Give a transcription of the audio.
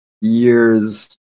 years